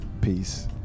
Peace